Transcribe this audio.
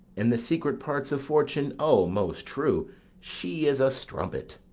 in the secret parts of fortune? o, most true she is a strumpet.